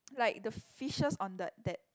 like the fishes on the that